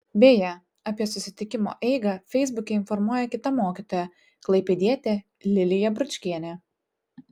beje apie susitikimo eigą feisbuke informuoja kita mokytoja klaipėdietė lilija bručkienė